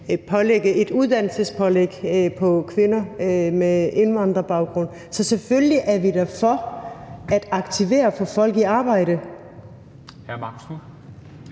et uddannelsespålæg for kvinder med indvandrerbaggrund, så selvfølgelig er vi da for at aktivere folk og at få dem i arbejde.